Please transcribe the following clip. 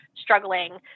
struggling